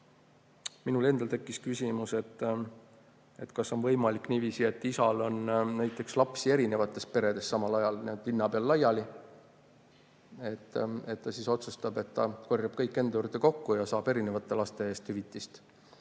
Minul endal tekkis küsimus, kas on võimalik niiviisi, et isal on näiteks lapsi eri peredes samal ajal, linna peal laiali, ja siis ta otsustab, et ta korjab kõik enda juurde kokku ja saab eri laste eest hüvitist.